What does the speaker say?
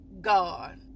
God